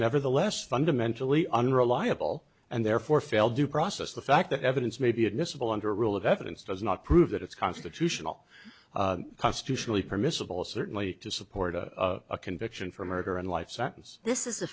nevertheless fundamentally unreliable and therefore fail due process the fact that evidence may be admissible under rule of evidence does not prove that it's constitutional constitutionally permissible certainly to support a conviction for murder and life sentence this is a